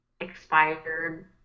expired